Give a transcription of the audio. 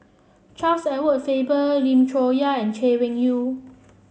Charles Edward Faber Lim Chong Yah and Chay Weng Yew